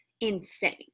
insane